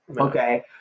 okay